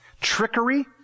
Trickery